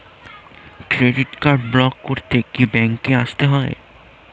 Credit card block করতে কি ব্যাংকে আসতে হবে?